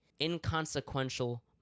inconsequential